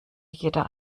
jeder